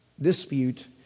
Dispute